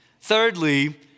Thirdly